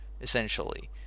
essentially